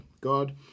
God